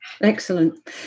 Excellent